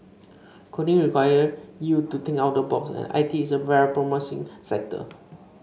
coding require you to think out of the box and I T is a very promising sector